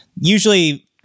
usually